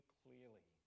clearly